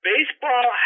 Baseball